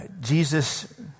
Jesus